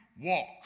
walk